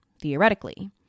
theoretically